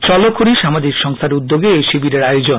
চল করি সামাজিক সংস্থার উদ্যোগে এই শিবিরের আয়োজন